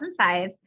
2005